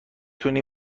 تونی